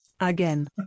Again